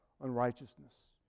unrighteousness